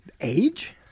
age